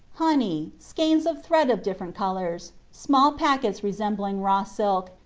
honey, skeins of thread of different colours, small packets resembling raw silk,